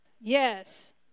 Yes